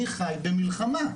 אני חי במלחמה.